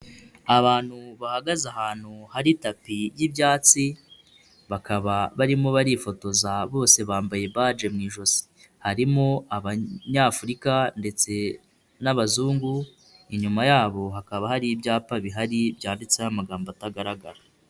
Abantu bahagaze ahantu hari tapi y'ibyatsi bakaba barimo barifotoza bose bambaye bage mu ijosi, harimo abanyafurika ndetse n'abazungu, inyuma ya bo hakaba hari ibyapa bihari byanditseho amagambo atagaragara.